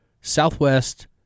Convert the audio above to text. Southwest